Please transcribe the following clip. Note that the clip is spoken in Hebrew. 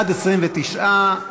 בעד, 29,